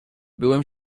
byłem